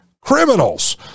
criminals